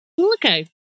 okay